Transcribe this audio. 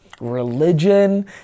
religion